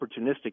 opportunistic